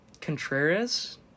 Contreras